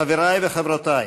חברי וחברותי,